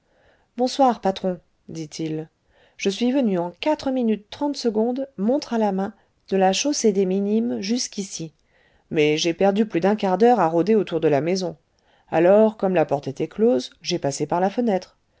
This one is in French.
bonsoir patron dit-il je suis venu en quatre minute trente secondes montre à la main de la chaussée des minimes jusqu'ici mais j'ai perdu plus d'un quart d'heure à rôder autour de la maison alors comme la porte était close j'ai passé par la fenêtre